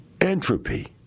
Entropy